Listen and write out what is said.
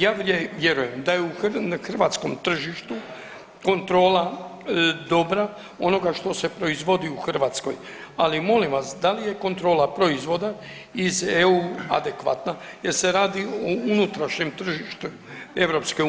Ja vjerujem da je na hrvatskom tržištu kontrola dobra onoga što se proizvodi u Hrvatskoj, ali molim vas da li je kontrola proizvoda iz EU adekvatna jer se radi o unutrašnjem tržištu EU